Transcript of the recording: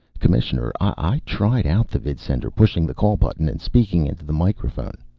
commissioner, i tried out the vidsender, pushing the call button and speaking into the microphone.